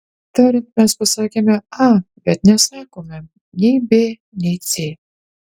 kitaip tariant mes pasakėme a bet nesakome nei b nei c